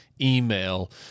Email